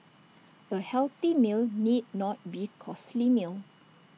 A healthy meal need not be costly meal